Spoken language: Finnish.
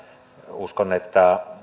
uskon että